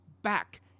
Back